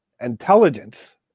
intelligence